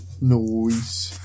Noise